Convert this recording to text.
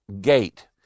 gate